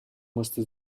musste